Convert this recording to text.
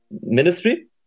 Ministry